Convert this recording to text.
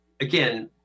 again